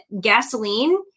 gasoline